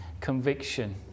conviction